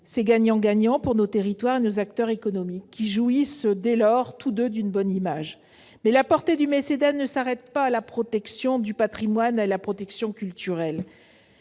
du « gagnant-gagnant » pour nos territoires et nos acteurs économiques, qui jouissent dès lors tous deux d'une bonne image. Mais la portée du mécénat ne s'arrête pas à la protection du patrimoine ou à la promotion culturelle.